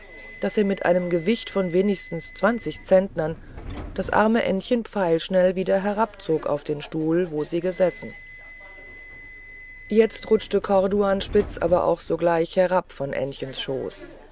daß er mit einem gewicht von wenigstens zwanzig zentnern das arme ännchen pfeilschnell wieder herabzog auf den stuhl wo sie gesessen jetzt rutschte corduanspitz aber auch sogleich herab von ännchens schoß